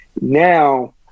now